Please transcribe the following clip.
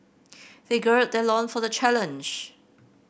they gird their loin for the challenge